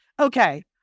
Okay